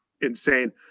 insane